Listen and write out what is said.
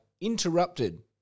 interrupted